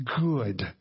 good